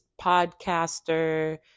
podcaster